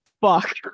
fuck